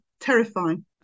terrifying